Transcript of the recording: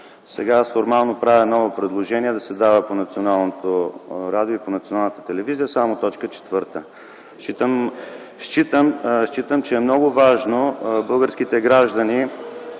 сега аз формално правя ново предложение да се предава по Националното радио и по Националната телевизия само точка четвърта. Считам, че е много важно българските граждани